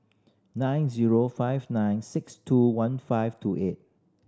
nine zero five nine six two one five two eight